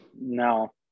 No